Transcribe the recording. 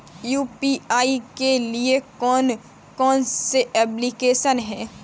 UPI के लिए कौन कौन सी एप्लिकेशन हैं?